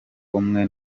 umwe